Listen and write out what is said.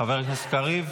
חבר הכנסת קריב,